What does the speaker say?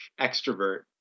extrovert